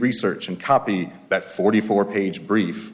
research and copy that forty four page brief